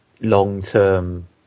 long-term –